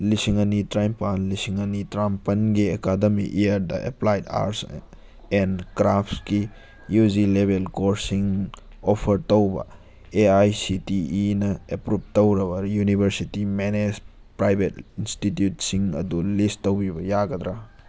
ꯂꯤꯁꯤꯡ ꯑꯅꯤ ꯇꯔꯥꯅꯤꯄꯥꯟ ꯂꯤꯁꯤꯡ ꯑꯅꯤ ꯇꯔꯥꯃꯥꯄꯟꯒꯤ ꯑꯦꯀꯥꯗꯃꯤꯛ ꯏꯌꯥꯔꯗ ꯑꯦꯄ꯭ꯂꯥꯏꯠ ꯑꯥꯔꯠꯁ ꯑꯦꯟ ꯀ꯭ꯔꯥꯞꯀꯤ ꯌꯨ ꯖꯤ ꯂꯦꯕꯦꯜ ꯀꯣꯔꯁꯁꯤꯡ ꯑꯣꯐꯔ ꯇꯧꯕ ꯑꯦ ꯑꯥꯏ ꯁꯤ ꯇꯤ ꯏꯅ ꯑꯦꯄ꯭ꯔꯨꯞ ꯇꯧꯔꯕ ꯌꯨꯅꯤꯚꯔꯁꯤꯇꯤ ꯃꯦꯅꯦꯖ ꯄ꯭ꯔꯥꯏꯚꯦꯠ ꯏꯟꯁꯇꯤꯇ꯭ꯌꯨꯠꯁꯤꯡ ꯑꯗꯨ ꯂꯤꯁ ꯇꯧꯕꯤꯕ ꯌꯥꯒꯗ꯭ꯔꯥ